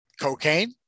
cocaine